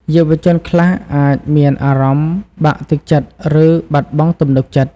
យុវជនខ្លះអាចមានអារម្មណ៍បាក់ទឹកចិត្តឬបាត់បង់ទំនុកចិត្ត។